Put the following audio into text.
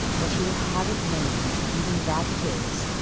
what you will have it nam'd, even that it is,